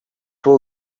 will